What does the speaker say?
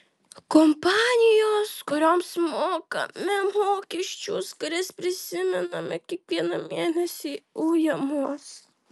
kompanijos kurioms mokame mokesčius kurias prisimename kiekvieną mėnesį uja mus